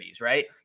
right